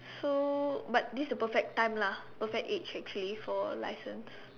so but this the perfect time lah perfect age actually for license